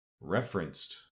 referenced